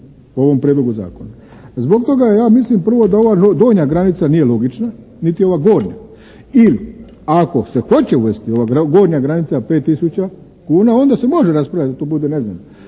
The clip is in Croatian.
po ovom Prijedlogu zakona. Zbog toga ja mislim prvo da ova donja granica nije logična, niti ova gornja. I ako se hoće uvesti ova gornja granica 5 tisuća kuna onda se može raspravljati da to bude, ne znam,